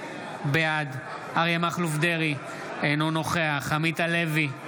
בעד אריה מכלוף דרעי - אינו נוכח עמית הלוי,